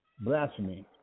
blasphemy